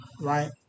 Right